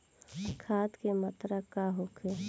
खाध के मात्रा का होखे?